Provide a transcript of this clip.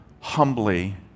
humbly